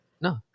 No